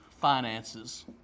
finances